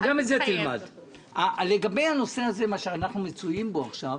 לגבי הנושא הזה שאנחנו מצויים בו עכשיו,